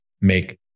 make